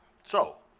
so,